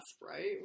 right